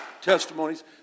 testimonies